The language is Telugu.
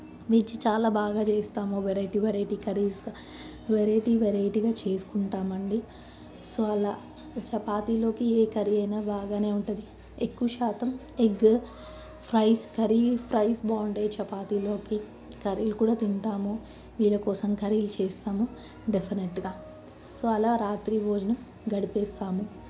వెజ్ చాలా బాగా చేస్తాము వెరైటీ వెరైటీ కర్రీస్ వెరైటీ వెరైటీగా చేసుకుంటామండి సో అలా చపాతీలోకి ఏ కర్రీ అయినా బాగానే ఉంటుంది ఎక్కువ శాతం ఎగ్ ఫ్రైస్ కర్రీ ఫ్రైస్ బాగుంటాయి చపాతీలోకి కర్రీలు కూడా తింటాము వీళ్ళ కోసం కర్రీ చేస్తాము డెఫినిట్గా సో అలా రాత్రి భోజనం గడిపేస్తాము